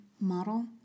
model